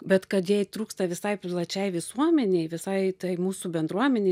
bet kad jai trūksta visai plačiai visuomenei visai tai mūsų bendruomenei